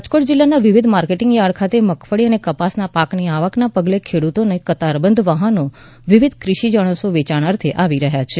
રાજકોટ જિલ્લાના વિવિધ marketing yard ખાતે મગફળી અને કપાસના પાકની આવકને પગલે ખેડૂતોના કતારબંધ વાહનો વિવિધ કૃષિ જણસો વેંચાણ અર્થે આવી રહ્યા છે